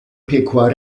piekła